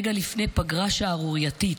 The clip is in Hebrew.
רגע לפני פגרה שערורייתית,